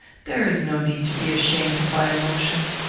there is no need to be ashamed of thy emotion.